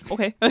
Okay